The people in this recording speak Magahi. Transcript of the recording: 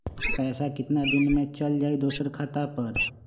पैसा कितना दिन में चल जाई दुसर खाता पर?